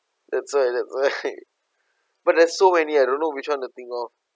that's why that's why but there's so many ah I don't know which one to think of